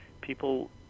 people